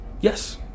yes